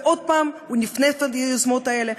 ועוד פעם הוא נפנף את היוזמות האלה,